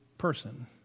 person